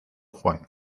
juan